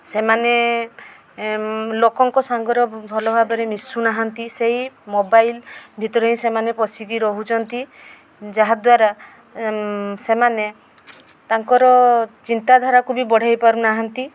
ସେମାନେ ଲୋକଙ୍କ ସାଙ୍ଗରେ ଭଲ ଭାବରେ ମିଶୁନାହାନ୍ତି ସେଇ ମୋବାଇଲ୍ ଭିତରେ ହିଁ ସେମାନେ ପଶିକି ରହୁଛନ୍ତି ଯାହାଦ୍ୱାରା ସେମାନେ ତାଙ୍କର ଚିନ୍ତାଧାରାକୁ ବି ବଢ଼େଇ ପାରୁନାହାନ୍ତି